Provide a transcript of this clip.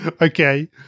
Okay